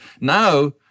Now